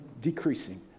decreasing